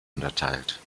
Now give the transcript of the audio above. unterteilt